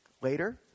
Later